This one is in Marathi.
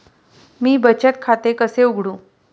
मी बचत खाते कसे उघडू?